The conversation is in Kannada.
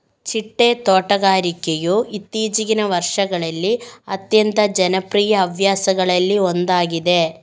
ಚಿಟ್ಟೆ ತೋಟಗಾರಿಕೆಯು ಇತ್ತೀಚಿಗಿನ ವರ್ಷಗಳಲ್ಲಿ ಅತ್ಯಂತ ಜನಪ್ರಿಯ ಹವ್ಯಾಸಗಳಲ್ಲಿ ಒಂದಾಗಿದೆ